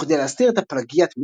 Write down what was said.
וכדי להסתיר את הפלגיאט מנניוס,